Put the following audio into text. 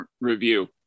review